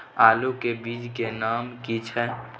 आलू के बीज के नाम की छै?